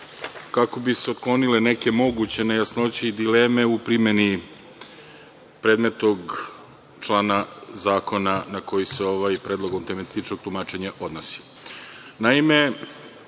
kako bi se otklonile neke moguće nejasnoće i dileme u primeni predmetnog člana zakona na koji se ovaj Predlog autentičnog tumačenja odnosi. Naime,